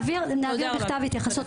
נעביר בכתב התייחסות,